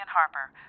Harper